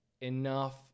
enough